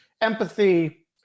empathy